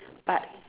but